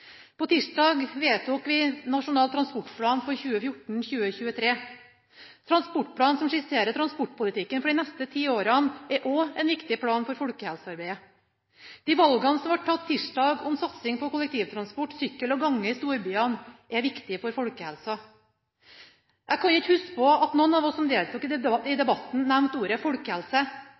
folkehelsevalg. Tirsdag vedtok vi Nasjonal transportplan for 2014–2023. Transportplanen som skisserer transportpolitikken for de neste ti årene, er også en viktig plan for folkehelsearbeidet. De valgene som ble tatt tirsdag om satsing på kollektivtransport og sykkel- og gangveier i storbyene er viktige for folkehelsen. Jeg kan ikke huske at noen av dem som deltok i debatten, nevnte ordet folkehelse.